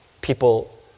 People